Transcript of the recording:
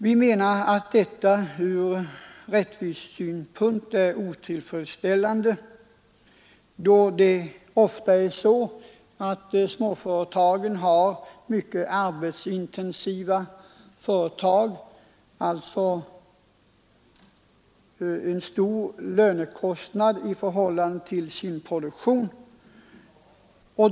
Vi menar att detta från rättvisesynpunkt är otillfredsställande. Småföretagen är ofta mycket arbetsintensiva — de har alltså en stor lönekostnad i förhållande till sin produktion.